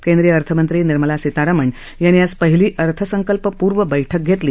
केंद्रीय अर्थमंत्री निर्मला सीतारामन यांनी आज पहिली अर्थसंकल्पपूर्व बैठक घेतली